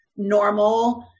normal